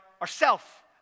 ourself